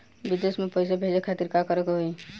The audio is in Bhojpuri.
विदेश मे पैसा भेजे खातिर का करे के होयी?